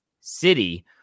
city